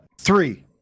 three